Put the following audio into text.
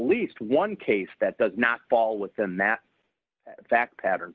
least one case that does not fall within that fact pattern